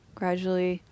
gradually